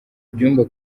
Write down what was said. byumba